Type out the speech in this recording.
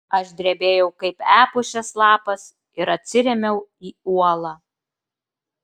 aš drebėjau kaip epušės lapas ir atsirėmiau į uolą